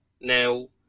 Now